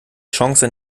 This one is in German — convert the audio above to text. chance